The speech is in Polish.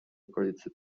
okolicy